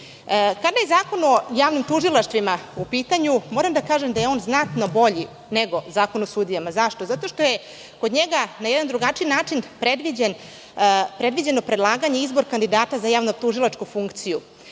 je Zakon o javnim tužilaštvima u pitanju, moram da kažem da je on znatno bolji nego Zakon o sudijama. Zašto? Zato što je kod njega na jedan drugačiji način predviđeno predlaganje i izbor kandidata za javno-tužilačku funkciju.